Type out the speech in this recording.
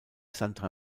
sandra